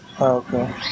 Okay